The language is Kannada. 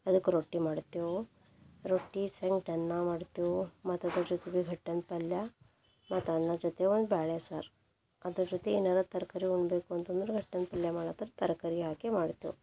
ಅದಕ್ಕೆ ರೊಟ್ಟಿ ಮಾಡ್ತೇವೆ ರೊಟ್ಟಿ ಸಂಗ್ಡ್ ಅನ್ನ ಮಾಡ್ತೇವೆ ಮತ್ತು ಅದ್ರ ಜೊತೆಗೆ ಘಟ್ಟನ ಪಲ್ಯ ಮತ್ತು ಅನ್ನದ ಜೊತೆ ಒಂದು ಬೇಳೆ ಸಾರು ಅದ್ರ ಜೊತೆ ಏನಾರು ತರಕಾರಿ ಉಣ್ಣಬೇಕು ಅಂತಂದ್ರೆ ಘಟ್ಟನ ಪಲ್ಯ ಮಾಡತ್ತರ ತರಕಾರಿ ಹಾಕೇ ಮಾಡ್ತೇವೆ